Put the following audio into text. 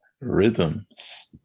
Rhythms